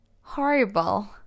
Horrible